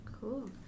Cool